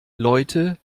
leute